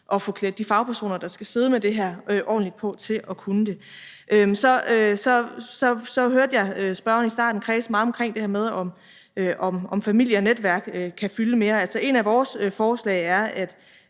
at få klædt de fagpersoner, der skal sidde med det her, ordentligt på til at kunne det. Så hørte jeg i starten spørgeren kredse meget om det her med, om familie og netværk kan fylde mere. Et af vores forslag er,